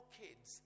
kids